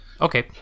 Okay